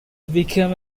became